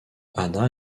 hanna